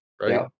right